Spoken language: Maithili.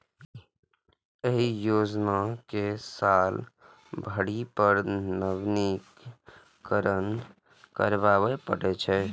एहि योजना कें साल भरि पर नवीनीकरण कराबै पड़ै छै